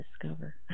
discover